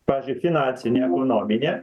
pavyzdžiui finansinę ekonominę